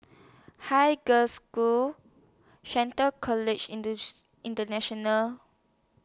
Haig Girls' School Shelton College International